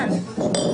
הצבעה לא אושרו.